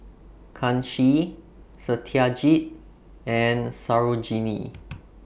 Kanshi Satyajit and Sarojini